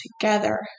together